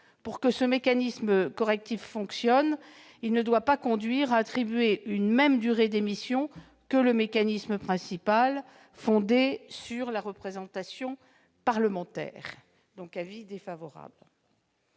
Pour que ce mécanisme correctif fonctionne, il ne doit pas conduire à attribuer une même durée d'émission que le mécanisme principal, fondé sur la représentation parlementaire. L'avis est défavorable.